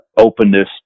openness